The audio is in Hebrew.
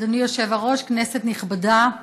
אדוני היושב-ראש, כנסת נכבדה,